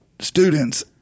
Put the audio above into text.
students